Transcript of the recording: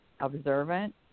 observant